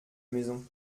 maison